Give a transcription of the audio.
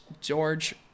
George